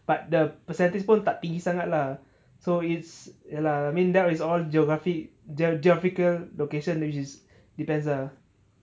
but the percentage point tak tinggi sangat lah so it's ya lah I mean that is all geography geographical location which is depends ah